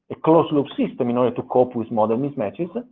a closed loop system, in order to cope with model mismatches